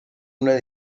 una